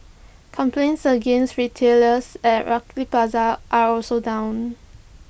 complaints against retailers at Lucky Plaza are also down